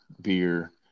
beer